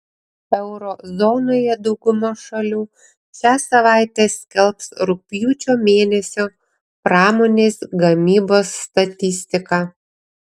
euro zonoje dauguma šalių šią savaitę skelbs rugpjūčio mėnesio pramonės gamybos statistiką